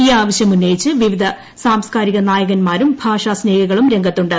ഈ ആവശ്യം ഉന്നയിച്ച് വിവിധ സാംസ്കാരിക നായകരും ഭാഷാ സ്നേഹികളും രംഗത്തുണ്ട്